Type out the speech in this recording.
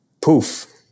poof